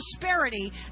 prosperity